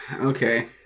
Okay